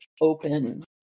open